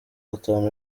batanu